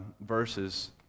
verses